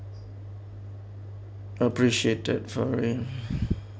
appreciated for him